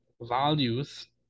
values